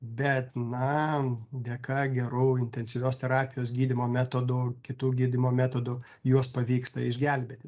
bet na dėka gerų intensyvios terapijos gydymo metodų kitų gydymo metodų juos pavyksta išgelbėti